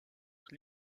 être